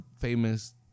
famous